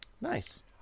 Nice